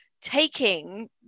taking